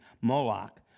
Moloch